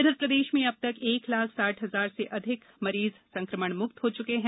इधर प्रदेश में अब तक एक लाख साठ हजार से अधिक मरीज संकमणमुक्त हो चुके हैं